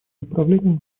направлением